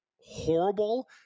horrible